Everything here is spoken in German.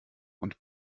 und